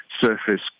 surface